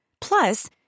Plus